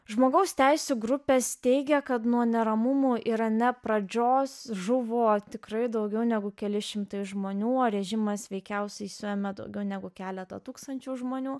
žmogaus teisių grupės teigia kad nuo neramumų irane pradžios žuvo tikrai daugiau negu keli šimtai žmonių o režimas veikiausiai suėmė daugiau negu keletą tūkstančių žmonių